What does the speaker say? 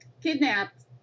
kidnapped